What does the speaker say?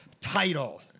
title